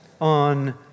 on